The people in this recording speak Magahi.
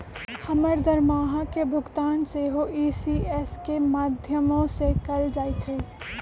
हमर दरमाहा के भुगतान सेहो इ.सी.एस के माध्यमें से कएल जाइ छइ